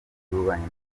y’ububanyi